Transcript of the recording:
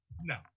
no